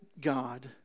God